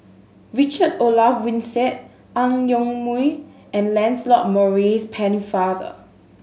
Richard Olaf Winstedt Ang Yoke Mooi and Lancelot Maurice Pennefather